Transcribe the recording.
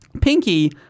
Pinky